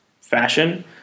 fashion